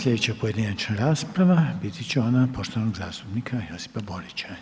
Slijedeća pojedinačna rasprava biti će ona poštovanog zastupnika Josipa Borića.